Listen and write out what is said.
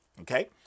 okay